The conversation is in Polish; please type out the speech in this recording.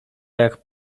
jak